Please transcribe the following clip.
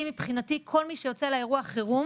אני מבחינתי כל מי שיוצא לאירוע חירום